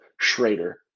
Schrader